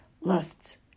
lusts